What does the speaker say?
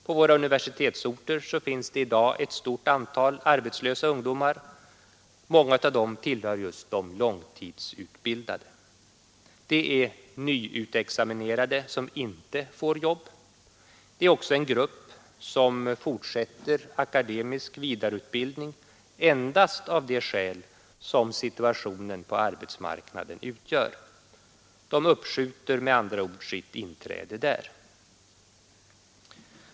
På våra universitetsorter finns det i dag ett stort antal arbetslösa ungdomar. Många av dem tillhör just de långtidsutbildade. Det är nyutexaminerade som inte får jobb. Det är också en grupp som fortsätter akademisk vidareutbildning endast av det skäl som situationen på arbetsmarknaden utgör. De uppskjuter med andra ord sitt inträde där.